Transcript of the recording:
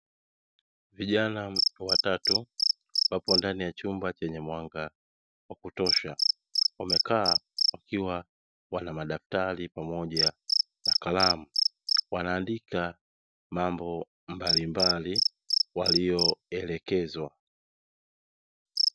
Vijana watatu wapo ndani ya chumba chenye mwanga wa kutosha, wamekaa wakiwa wapo na madaftari pamoja na kalamu, wanaandika mambo mbalimbali waliyoelekezwa.